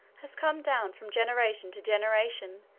has come down from generation to generation,